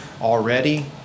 already